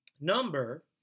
number